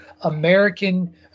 American